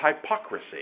hypocrisy